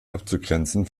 abzugrenzen